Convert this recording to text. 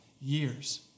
years